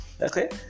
okay